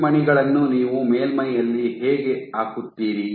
ಈ ಮಣಿಗಳನ್ನು ನೀವು ಮೇಲ್ಮೈಯಲ್ಲಿ ಹೇಗೆ ಹಾಕುತ್ತೀರಿ